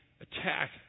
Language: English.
attack